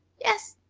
yes,